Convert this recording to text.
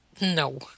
No